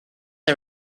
are